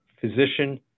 physician